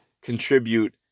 contribute